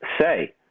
say